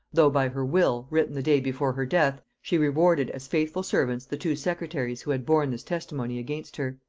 though by her will, written the day before her death, she rewarded as faithful servants the two secretaries who had borne this testimony against her.